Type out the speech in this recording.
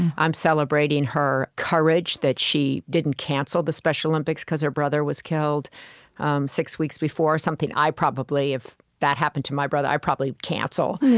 i'm celebrating her courage, that she didn't cancel the special olympics because her brother was killed um six weeks before, something i probably if that happened to my brother, i'd probably cancel.